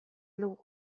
dugu